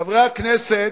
חברי הכנסת,